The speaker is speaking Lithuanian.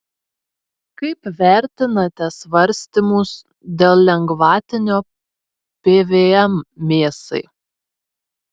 kaip vertinate svarstymus dėl lengvatinio pvm mėsai